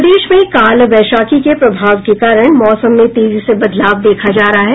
प्रदेश में काल बैशाखी के प्रभाव के कारण मौसम में तेजी से बदलाव देखा जा रहा है